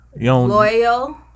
loyal